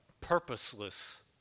purposeless